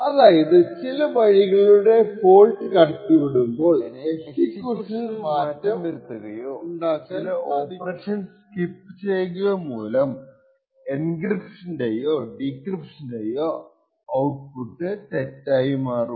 അതായത് ചില വഴികളിലൂടെ ഫോൾട്ട് കടത്തിവിടുമ്പോൾ എക്സിക്യൂഷനിൽ മാറ്റാം വര്ക്കായ് സ്കിപ്പ് ചെയ്യുകയോ ഉണ്ടാകുന്നതിനാൽ എൻക്രിപ്ഷനോ അല്ലെങ്കിൽ ഡീക്രിപ്ഷനോ അതിന്റെ ഔട്പുട്ട് തെറ്റായിപ്പോകും